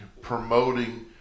promoting